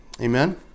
Amen